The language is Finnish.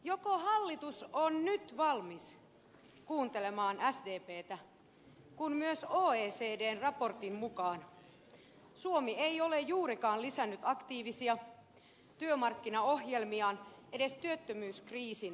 joko hallitus on nyt valmis kuuntelemaan sdptä kun myös oecdn raportin mukaan suomi ei ole juurikaan lisännyt aktiivisia työmarkkinaohjelmiaan edes työttömyyskriisin puhkeamisen jälkeen